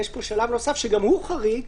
יש פה שלב נוסף שגם הוא חריג,